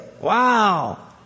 Wow